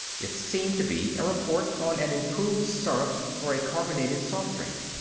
it seemed to be a report on an improved syrup for a carbonated soft-drink.